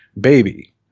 Baby